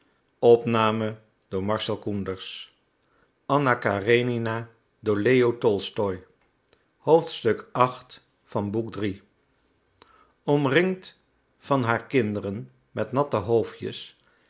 omringd van haar kinderen met natte hoofdjes